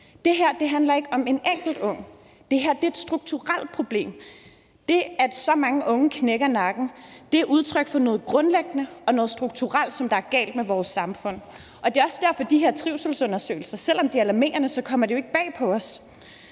det her ikke handler om en enkelt ung; det her er et strukturelt problem. Det, at så mange unge knækker nakken, er udtryk for, at der grundlæggende og strukturelt er noget galt med vores samfund, og det er også derfor, at de her trivselsundersøgelser, selv om de er alarmerende, ikke kommer bag på os.